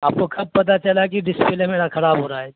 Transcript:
آپ کو کب پتا چلا کہ ڈسپلے میرا کھراب ہو رہا ہے